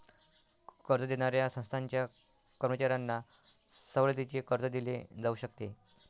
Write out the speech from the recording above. कर्ज देणाऱ्या संस्थांच्या कर्मचाऱ्यांना सवलतीचे कर्ज दिले जाऊ शकते